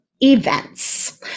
events